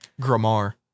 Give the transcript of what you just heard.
Grammar